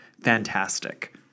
fantastic